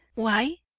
why?